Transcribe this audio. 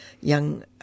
young